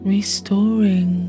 Restoring